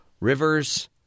rivers